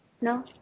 No